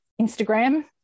Instagram